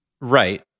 Right